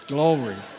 Glory